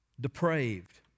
depraved